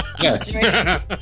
Yes